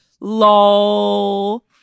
lol